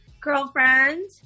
girlfriend